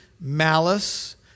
malice